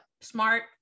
smart